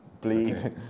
bleed